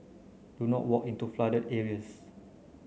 do not walk into flooded areas